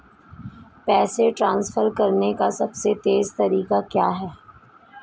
पैसे ट्रांसफर करने का सबसे तेज़ तरीका क्या है?